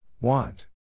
Want